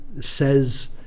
says